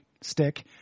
stick